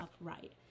upright